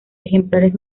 ejemplares